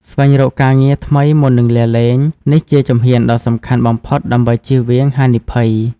ស្វែងរកការងារថ្មីមុននឹងលាលែង នេះជាជំហានដ៏សំខាន់បំផុតដើម្បីជៀសវាងហានិភ័យ។